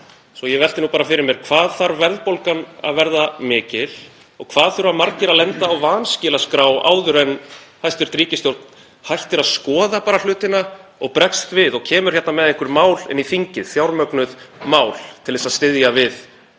Ég velti því bara fyrir mér: Hvað þarf verðbólgan að verða mikil og hvað þurfa margir að lenda á vanskilaskrá áður en hæstv. ríkisstjórn hættir að skoða bara hlutina og bregst við og kemur hingað með einhver mál inn í þingið, fjármögnuð mál, til þess að styðja við